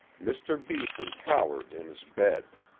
mr. beeson cowered in his bed.